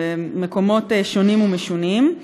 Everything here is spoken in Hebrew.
במקומות שונים ומשונים.